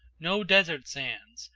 no desert sands,